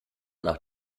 nach